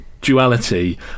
duality